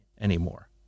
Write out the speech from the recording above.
anymore